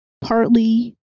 partly